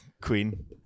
queen